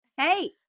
Hey